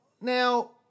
Now